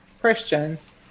Christians